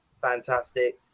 fantastic